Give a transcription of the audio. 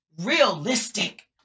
realistic